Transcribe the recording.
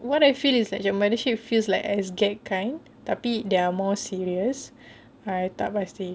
what I feel is that the mothership feels like SGAG kind tapi they are more seniors I tak pasti